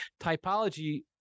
typology